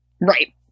Right